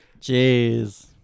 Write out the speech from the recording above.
Jeez